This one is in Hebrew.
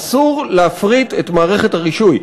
אסור להפריט את מערכת הרישוי.